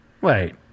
Wait